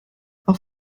auch